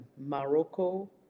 Morocco